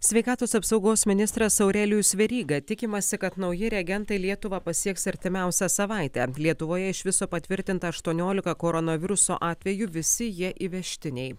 sveikatos apsaugos ministras aurelijus veryga tikimasi kad nauji reagentai lietuvą pasieks artimiausią savaitę lietuvoje iš viso patvirtinta aštuoniolika koronaviruso atvejų visi jie įvežtiniai